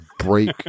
break